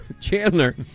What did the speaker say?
Chandler